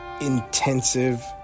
intensive